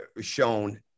shown